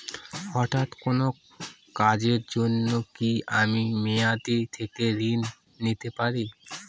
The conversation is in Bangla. হঠাৎ কোন কাজের জন্য কি আমি মেয়াদী থেকে ঋণ নিতে পারি?